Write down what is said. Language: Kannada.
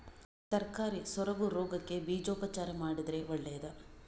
ತರಕಾರಿ ಸೊರಗು ರೋಗಕ್ಕೆ ಬೀಜೋಪಚಾರ ಮಾಡಿದ್ರೆ ಒಳ್ಳೆದಾ?